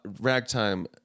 Ragtime